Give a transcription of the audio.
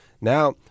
now